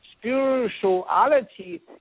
Spirituality